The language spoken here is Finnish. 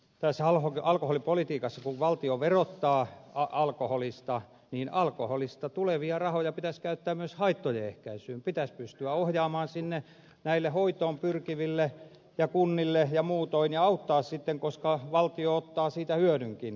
tässä alkoholipolitiikassa kun valtio verottaa alkoholista niin alkoholista tulevia rahoja pitäisi käyttää myös haittojen ehkäisyyn niitä pitäisi pystyä ohjaamaan näille hoitoon pyrkiville ja kunnille ja muutoin ja auttaa sitten koska valtio ottaa siitä hyödynkin